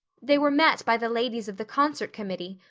they were met by the ladies of the concert committee,